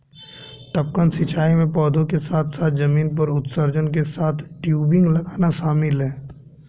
टपकन सिंचाई में पौधों के साथ साथ जमीन पर उत्सर्जक के साथ टयूबिंग लगाना शामिल है